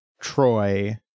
Troy